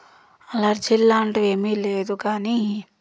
allergy లాంటివి ఏమీ లేదు కానీ